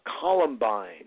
columbine